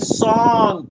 song